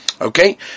Okay